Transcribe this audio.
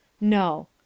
No